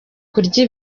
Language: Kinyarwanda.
kurya